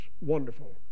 wonderful